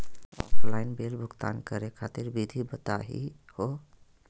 Offline bill भुगतान करे खातिर विधि बताही हो?